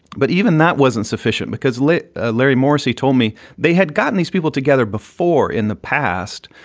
but even that wasn't sufficient because let ah larry morrissey told me they had gotten these people together before in the past,